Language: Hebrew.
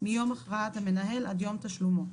מיום הכרעת המנהל עד יום תשלומו".